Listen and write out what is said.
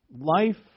life